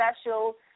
Special